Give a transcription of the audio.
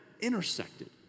intersected